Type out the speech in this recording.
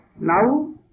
now